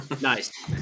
Nice